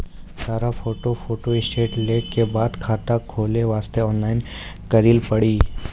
सारा photo photostat लेल के बाद खाता खोले वास्ते ऑनलाइन करिल पड़ी?